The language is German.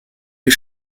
die